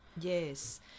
Yes